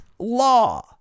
law